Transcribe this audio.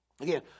Again